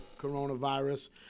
coronavirus